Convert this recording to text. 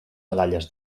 medalles